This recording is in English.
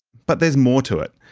but there's more to it.